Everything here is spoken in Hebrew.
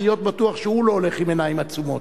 להיות בטוח שהוא לא הולך בעיניים עצומות.